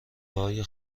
های